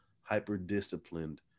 hyper-disciplined